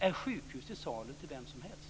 Är sjukhus till salu till vem som helst?